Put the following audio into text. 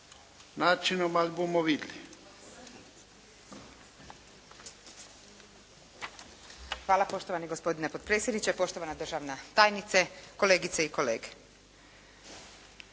načinom ali bumo vidli.